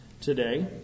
today